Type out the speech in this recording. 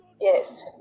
Yes